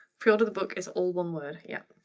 pre-order the book is all one word, yeah.